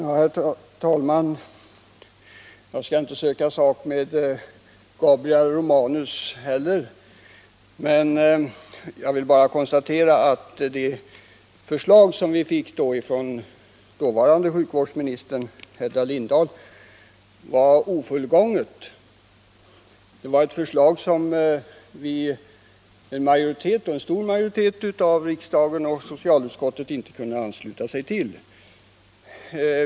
Herr talman! Jag skall inte heller söka sak med Gabriel Romanus. Jag vill bara konstatera att det förslag som vi fick från dåvarande sjukvårdsministern Hedda Lindahl var ofullgånget. Det var ett förslag som en stor majoritet av socialutskottet och riksdagen inte kunde ansluta sig till.